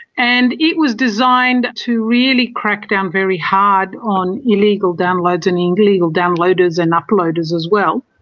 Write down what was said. and it was designed to really crack down very hard on illegal downloads and illegal downloaders and uploaders as well.